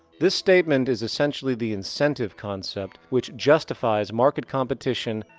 this statement is essentially the incentive concept which justifies market competition,